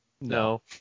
No